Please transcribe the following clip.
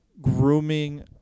grooming